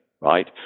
right